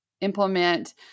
implement